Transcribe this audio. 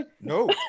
no